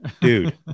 dude